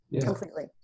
completely